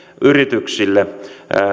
yrityksille